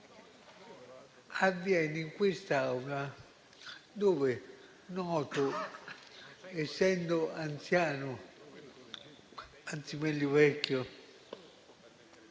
avviene in quest'Aula, dove noto, essendo anziano - anzi, meglio, vecchio